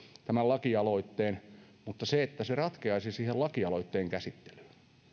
tämän lakialoitteen mutta että se ratkeaisi siihen lakialoitteen käsittelyyn